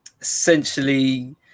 essentially